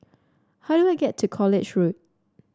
how do I get to College Road